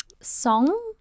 Song